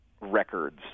records